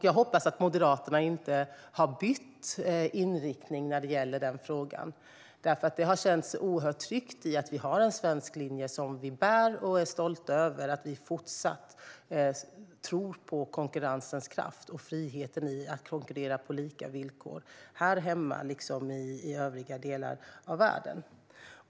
Jag hoppas att Moderaterna inte har bytt inriktning när det gäller den frågan. Det har känts oerhört tryggt att vi har en svensk linje som vi är stolta över: att vi fortsatt tror på konkurrensens kraft och friheten i att konkurrera på lika villkor här hemma liksom i övriga delar av världen.